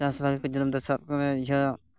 ᱪᱟᱥ ᱵᱷᱟᱹᱜᱤᱠᱚ ᱪᱚᱞᱚᱱ ᱮᱫᱟ ᱥᱟᱵᱽᱠᱟᱜ ᱢᱮ ᱤᱭᱟᱹ